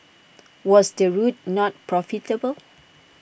was the route not profitable